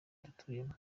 dutuyemo